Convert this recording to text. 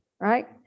right